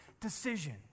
decision